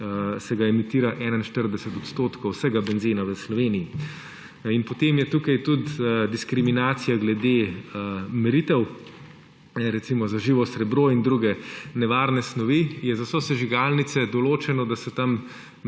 se ga emitira 41 odstotkov vsega benzena v Sloveniji. Potem je tukaj tudi diskriminacija glede meritev. Recimo, za živo srebro in druge nevarne snovi je za sosežigalnice določeno, da se tam